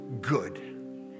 good